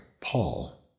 Paul